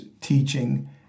teaching